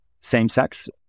same-sex